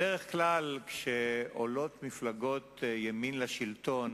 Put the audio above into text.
בדרך כלל כאשר עולות מפלגות ימין לשלטון